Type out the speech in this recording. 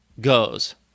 goes